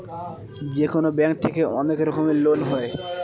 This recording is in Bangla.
যেকোনো ব্যাঙ্ক থেকে অনেক রকমের লোন হয়